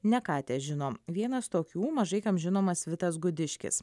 ne ką težino vienas tokių mažai kam žinomas vitas gudiškis